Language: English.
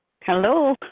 hello